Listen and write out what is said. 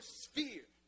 sphere